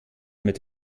mit